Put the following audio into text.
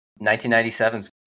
1997's